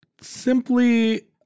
simply